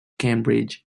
cambridge